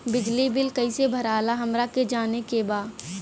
बिजली बिल कईसे भराला हमरा के जाने के बा?